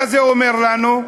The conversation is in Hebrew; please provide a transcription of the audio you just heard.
מה זה אומר לנו?